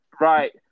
Right